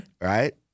Right